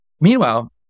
Meanwhile